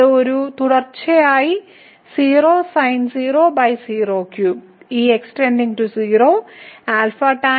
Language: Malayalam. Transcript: ഇത് ഒരു തുടർച്ചയായ 0sin003